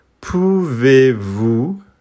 Pouvez-vous